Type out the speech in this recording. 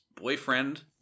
boyfriend